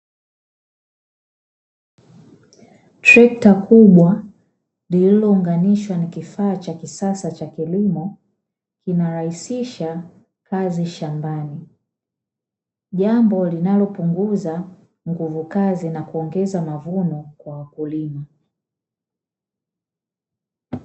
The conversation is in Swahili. Trekta kubwa lililounganishwa ni kifaa cha kisasa cha kilimo inarahisisha kazi shambani, jambo linalopunguza nguvu kazi na kuongeza mavuno kwa wakulima.